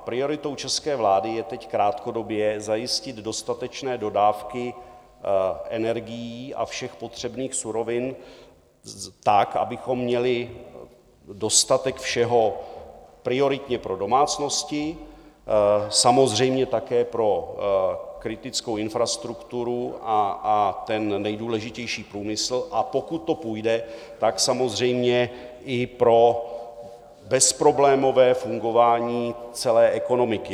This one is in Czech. Prioritou české vlády je teď krátkodobě zajistit dostatečné dodávky energií a všech potřebných surovin tak, abychom měli dostatek všeho prioritně pro domácnosti, samozřejmě také pro kritickou infrastrukturu a nejdůležitější průmysl, a pokud to půjde, tak samozřejmě i pro bezproblémové fungování celé ekonomiky.